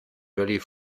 vallées